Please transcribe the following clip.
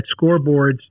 scoreboards